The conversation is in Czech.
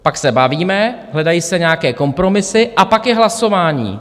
Pak se bavíme, hledají se nějaké kompromisy a pak je hlasování.